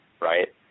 right